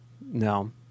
no